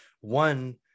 one